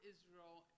Israel